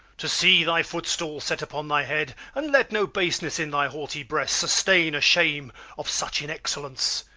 to see thy footstool set upon thy head and let no baseness in thy haughty breast sustain a shame of such inexcellence,